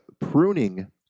pruning